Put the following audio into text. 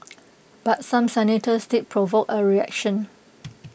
but some senators did provoke A reaction